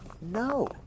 No